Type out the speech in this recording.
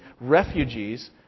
refugees